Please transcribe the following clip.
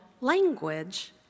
language